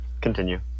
Continue